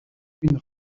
une